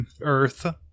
earth